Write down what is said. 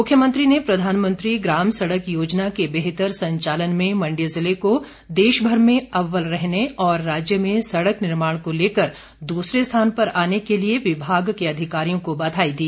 मुख्यमंत्री ने प्रधानमंत्री ग्राम सड़क योजना के बेहतर संचालन में मंडी ज़िले को देशभर में अव्वल रहने और राज्य में सड़क निर्माण को लेकर दूसरे स्थान पर आने के लिए विभाग के अधिकारियों को बधाई दी